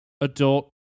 adult